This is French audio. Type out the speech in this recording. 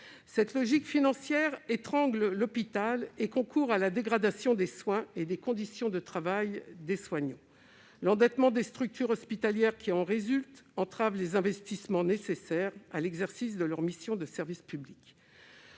cette logique financière étrangle l'hôpital et concourt à la dégradation des soins et des conditions de travail des soignants. L'endettement des structures hospitalières qui en découle entrave les investissements nécessaires à l'exercice de leur mission de service public.